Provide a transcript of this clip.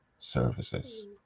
services